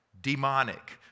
demonic